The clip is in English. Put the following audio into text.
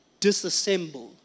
disassemble